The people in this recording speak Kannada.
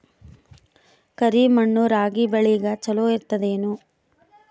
ಕರಿ ಮಣ್ಣು ರಾಗಿ ಬೇಳಿಗ ಚಲೋ ಇರ್ತದ ಏನು?